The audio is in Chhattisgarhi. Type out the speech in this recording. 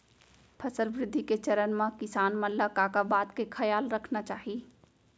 फसल वृद्धि के चरण म किसान मन ला का का बात के खयाल रखना चाही?